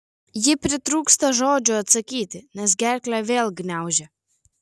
ji pritrūksta žodžių atsakyti nes gerklę vėl gniaužia